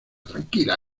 tranquila